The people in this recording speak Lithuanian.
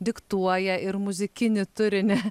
diktuoja ir muzikinį turinį